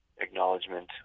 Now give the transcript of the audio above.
acknowledgement